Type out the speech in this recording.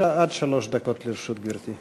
בבקשה, עד שלוש דקות לרשות גברתי.